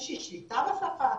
איזה שהיא שליטה בשפה,